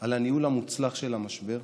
על הניהול המוצלח של המשבר.